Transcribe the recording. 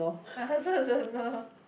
uh I also don't know